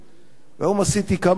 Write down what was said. והיום עשיתי כמה בירורים,